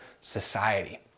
society